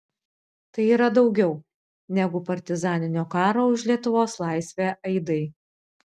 tai yra daugiau negu partizaninio karo už lietuvos laisvę aidai